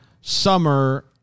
summer